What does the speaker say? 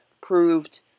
proved